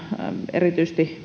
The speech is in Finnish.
erityisesti